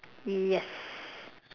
yes